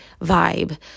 vibe